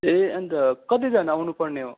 ए अन्त कतिजना आउनु पर्ने हो